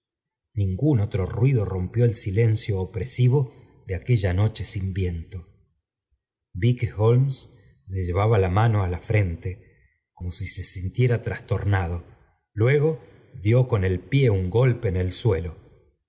ningún otro ruido rompió el silencio opresivo de aquella noche sin viento vi que holmes se llevaba la mano á la frente como si se sintiera trastornado luego dió con el pie un golpe en el suelo